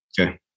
Okay